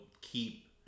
keep